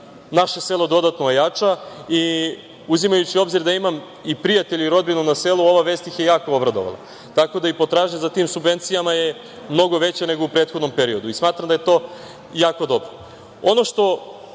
naše selo dodatno ojača i uzimajući u obzir da imam i prijatelje i rodbinu na selu, ova vest ih je jako obradovala. Tako da i potražnja za tim subvencijama je mnogo veća nego u prethodnom periodu. Smatram da je to jako dobro. Ono na